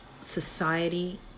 society